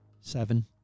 Seven